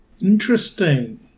Interesting